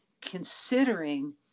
considering